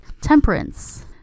Temperance